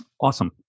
Awesome